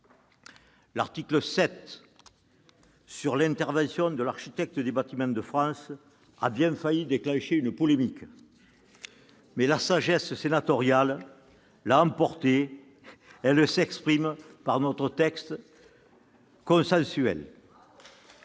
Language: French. L'article 7 sur l'intervention de l'architecte des Bâtiments de France a bien failli déclencher une polémique mais la sagesse sénatoriale l'a emporté ; elle s'exprime au travers de notre texte consensuel